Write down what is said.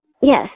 Yes